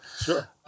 Sure